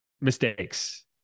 mistakes